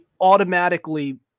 automatically